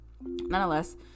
Nonetheless